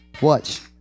Watch